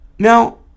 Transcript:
Now